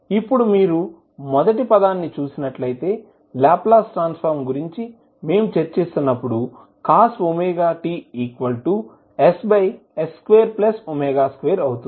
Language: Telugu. ఇప్పుడు మీరు మొదటి పదాన్ని చూసినట్లయితే లాప్లాస్ ట్రాన్స్ ఫార్మ్ గురించి మేము చర్చిస్తున్నప్పుడు cos wt ⇔ss2w2 అవుతుంది